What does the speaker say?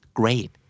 great